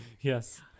Yes